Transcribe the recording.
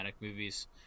Movies